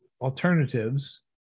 alternatives